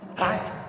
Right